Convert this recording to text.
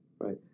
right